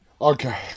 Okay